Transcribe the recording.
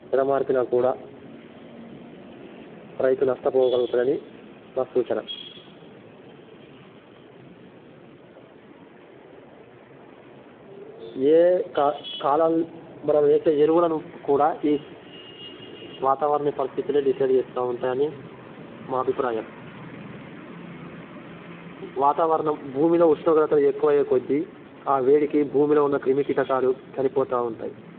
ఎడమరచినా కూడా రైతు నష్టపోగలుగుతాడని నా సూచన ఏ కా కాలల మనం వేసే ఎరువులను కూడా ఈ వాతావరణ పరిస్థితులే డిసైడ్ చేస్తూ ఉంటాయని మా అభిప్రాయం వాతావరణం భూమిలో ఉష్ణోగ్రతలు ఎక్కువ అయ్యే కొద్ది ఆ వేడికి భూమిలో ఉన్న క్రిమి కీటకాలు చనిపోతూ ఉంటాయి